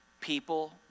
People